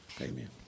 Amen